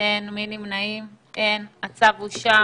ביקשתי שיהיה נציג של משרד התיירות אם ירצה להסביר.